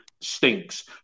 stinks